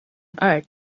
earth